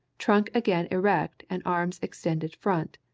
trunk again erect and arms extended front.